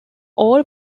all